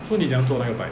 so 你怎么样做那个 bike